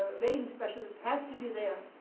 vein specialist has to be there.